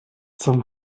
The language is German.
zum